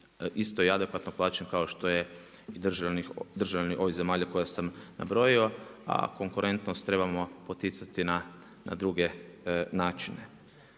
isto i adekvatno plaćen kao što je državi ovih zemalja koje sam nabrojao, a konkurentnost trebamo poticati na druge načine.